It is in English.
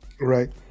Right